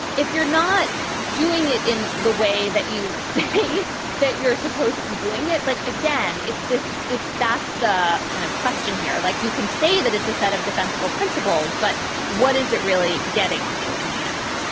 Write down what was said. if you're not doing it in the way that you say that you're supposed to be doing it like again, it's this that's the kind of question here, like you can say that it's a set of defensible principles. but what is it really getting you in the end?